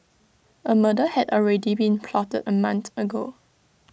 A murder had already been plotted A month ago